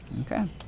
Okay